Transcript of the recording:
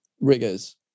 riggers